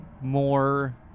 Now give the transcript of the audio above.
more